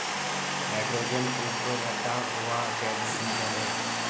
hydrogen उबरता हुआ जैविक ईंधन है